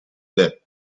back